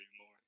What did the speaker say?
more